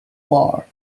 war